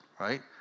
right